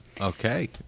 Okay